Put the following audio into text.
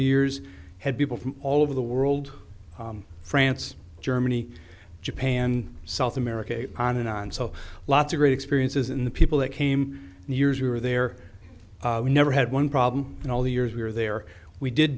years had people from all over the world france germany japan south america on and on so lots of great experiences in the people that came and yours were there we never had one problem in all the years we were there we did